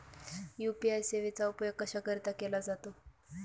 UPI सेवेचा उपयोग कशाकरीता केला जातो?